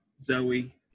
Zoe